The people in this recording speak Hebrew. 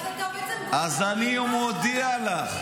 אז אני מודיע לך,